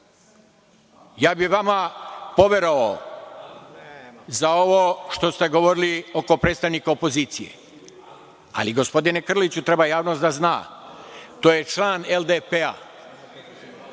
Vama bih poverovao za ovo što ste govorili oko predstavnika opozicije, ali, gospodine Krliću, treba javnost da zna da je to član LDP.